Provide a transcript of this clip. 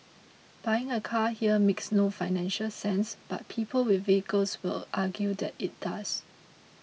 buying a car here makes no financial sense but people with vehicles will argue that it does